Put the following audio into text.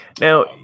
Now